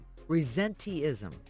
Resenteeism